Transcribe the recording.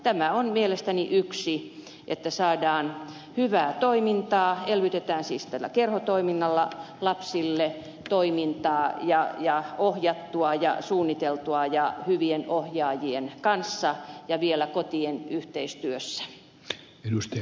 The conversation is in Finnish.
tämä on mielestäni yksi keino että saadaan hyvää toimintaa elvytetään siis tällä kerhotoiminnalla lapsille ohjattua ja suunniteltua toimintaa yhteistyössä hyvien ohjaajien ja kotien kanssa